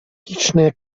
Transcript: liczne